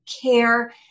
care